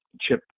Chip